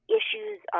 issues